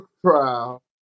trial